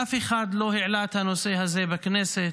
אף אחד לא העלה את הנושא הזה בכנסת,